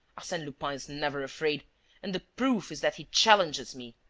arsene lupin is never afraid and the proof is that he challenges me.